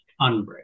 unbreak